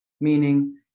meaning